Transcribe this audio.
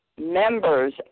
members